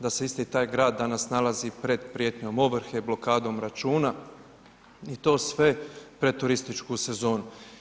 Da se isti taj grad danas nalazi pred pratnjom ovrhe, blokadom računa i to sve, pred turističku sezonu.